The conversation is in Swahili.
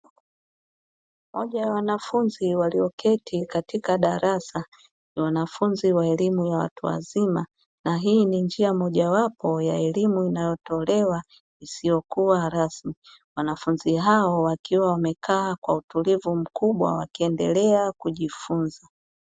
Moja ya wanafunzi walioketi katika darasa la wanafunzi wa elimu ya watu wazima, na hii ni njia mojawapo ya elimu inayotolewa isiyokua rasmi. Wanafunzi hao wakiwa wamekaa kwa utulivu mkubwa wakiendelea kujifunza.